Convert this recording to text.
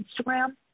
instagram